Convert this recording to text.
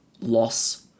loss